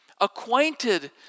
acquainted